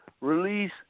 release